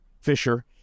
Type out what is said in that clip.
Fisher